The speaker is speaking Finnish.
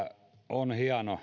on